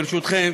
ברשותכם,